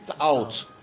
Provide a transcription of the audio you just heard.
out